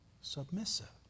Submissive